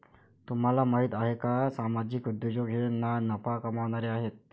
तुम्हाला माहिती आहे का सामाजिक उद्योजक हे ना नफा कमावणारे आहेत